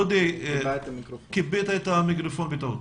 דודי, כיבית את המיקרופון בטעות.